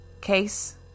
Case